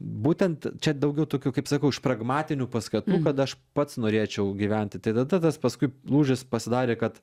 būtent čia daugiau tokių kaip sakau iš pragmatinių paskatų kad aš pats norėčiau gyventi tai tada tas paskui lūžis pasidarė kad